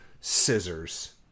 scissors